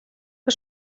que